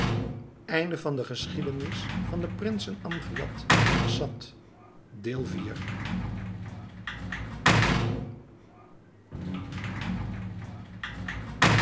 de geschiedenis van de prinsen amgiad en assad